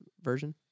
version